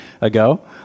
ago